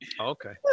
Okay